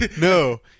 No